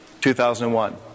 2001